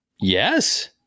Yes